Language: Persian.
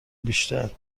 بیشتر